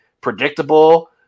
predictable